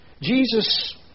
Jesus